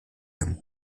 him